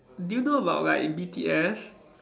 do you know about like B_T_S